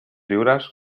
lliures